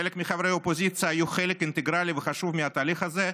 חלק מחברי האופוזיציה היו חלק אינטגרלי וחשוב מהתהליך הזה,